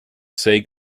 say